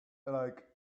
like